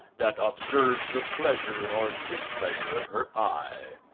that observes the pleasure or displeasure of her eye.